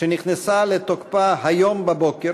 שנכנסה לתוקפה היום בבוקר,